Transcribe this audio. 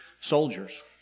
soldiers